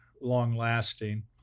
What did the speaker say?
long-lasting